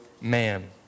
man